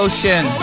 Ocean